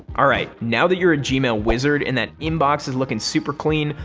alright now that you're a gmail wizard and that inbox is looking suuuuper clean,